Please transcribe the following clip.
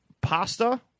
Pasta